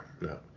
no